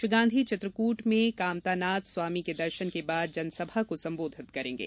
श्री गांधी चित्रकूट में कामतानाथ स्वामी के दर्शन के बाद जनसभा को संबोधित करेंगे